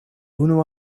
unu